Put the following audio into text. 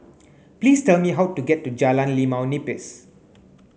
please tell me how to get to Jalan Limau Nipis